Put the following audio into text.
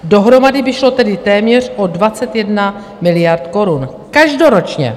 Dohromady by šlo tedy téměř o 21 miliard korun každoročně!